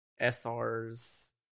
SRs